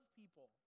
people